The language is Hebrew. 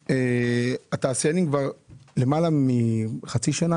יש למעלה מחצי שנה